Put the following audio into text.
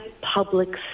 public